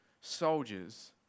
soldiers